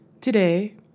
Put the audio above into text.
Today